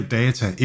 data